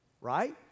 right